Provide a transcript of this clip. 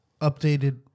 updated